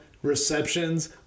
Receptions